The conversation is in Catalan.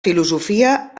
filosofia